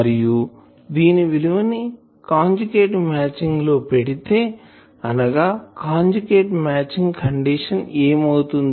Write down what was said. మరియు దీని విలువని కాంజుగేట్ మ్యాచింగ్ లో పెడితే అనగా కాంజుగేట్ మ్యాచింగ్ కండిషన్ ఏమి అవుతుంది